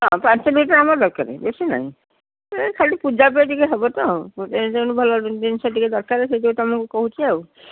ହଁ ପାଞ୍ଚ ଲିଟର ଆମର ଦରକାରେ ବେଶୀ ନାଇଁ ଏହି ଖାଲି ପୂଜା ପାଇଁ ଟିକେ ହେବ ତ ତେଣୁ ଭଲ ଜିନିଷ ଟିକେ ଦରକାର ସେଥିପାଇଁ ତମକୁ କହୁଛି ଆଉ